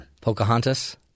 Pocahontas